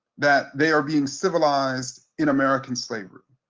that they are being civilized in american slavery?